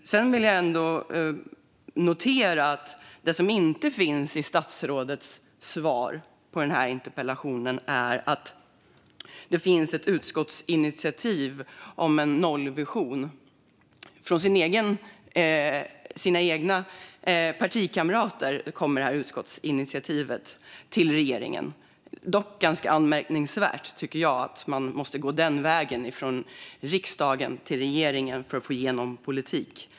Sedan vill jag notera något som inte finns med i statsrådets svar på interpellationen. Det har riktats ett utskottsinitiativ till regeringen om en nollvision, på initiativ av regeringens egna partikamrater. Det är ganska anmärkningsvärt att man måste gå den vägen via riksdagen till regeringen för att få igenom politik.